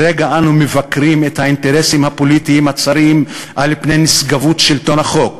את האינטרסים הפוליטיים הצרים על פני נשגבות שלטון החוק.